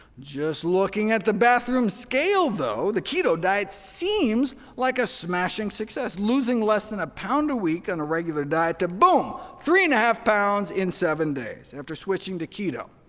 just looking at the bathroom scale, though, the keto diet seems like a smashing success, losing less than a pound a week on a regular diet to boom three-and-a-half pounds in seven days after switching to keto,